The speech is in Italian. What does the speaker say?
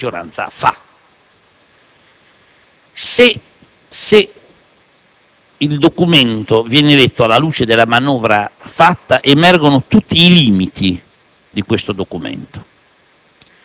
L'elemento generale è il confronto tra il Documento di programmazione e la manovra che è stata posta in essere, perché non è possibile pensare che nel Documento